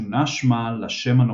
שונה שמה לשם הנוכחי.